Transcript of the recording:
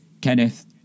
Kenneth